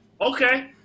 Okay